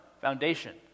Foundation